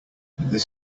this